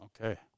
Okay